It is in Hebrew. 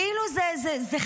כאילו זה חפץ?